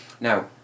Now